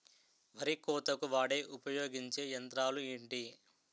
వరి కోతకు వాడే ఉపయోగించే యంత్రాలు ఏంటి?